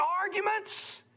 arguments